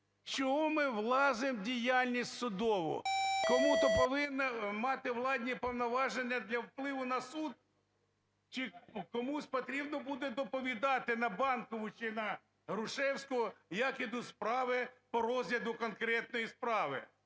Чого ми влазимо в діяльність судову? Кому-то потрібно мати владні повноваження для впливу на суд чи комусь потрібно буде доповідати на Банкову чи на Грушевського як ідуть по розгляду конкретної справи?